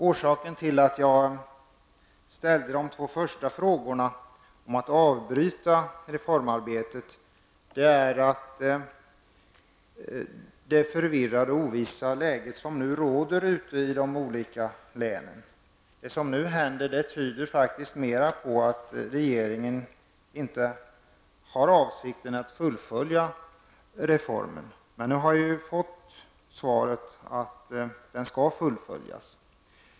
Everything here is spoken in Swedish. Orsaken till att jag ställde de två första frågorna om att avbryta reformarbetet är det förvirrade och ovissa läge som råder ute i de olika länen. Det som händer tyder mer på att regeringen inte har avsikten att fullfölja reformen. Men nu har jag ju fått svaret att den skall fullföljas.